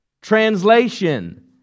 Translation